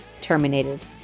terminated